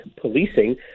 policing